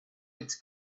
its